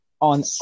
on